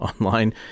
online